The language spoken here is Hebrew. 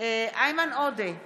איימן עודה,